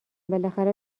بالاخره